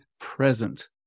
present